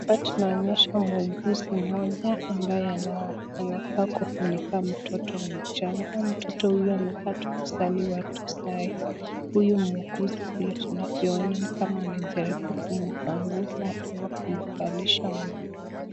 Hapa tunaonyeshwa muuguzi mmoja ambaye anakaa kufunika mtoto mchanga. Mtoto huyu anakaa tu kuzaliwa tu saa hii. Huyo mwuguzi vile tunavyoona ni kama anajaribu kumpanguza au kumvalisha nguo.